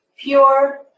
pure